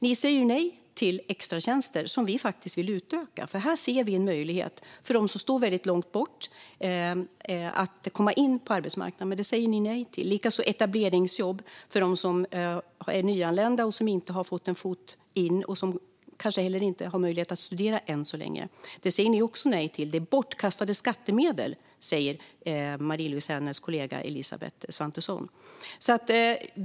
Ni säger nej till extratjänster som vi faktiskt vill utöka, för här ser vi en möjlighet för dem som står väldigt långt bort att komma in på arbetsmarknaden, men det säger ni nej till. Det är samma sak med etableringsjobb för dem som är nyanlända och inte har fått in en fot och som kanske heller inte har möjlighet att studera än så länge. Det säger ni också nej till. Det är bortkastade skattemedel, säger Marie-Louise Hänels kollega Elisabeth Svantesson.